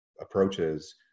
approaches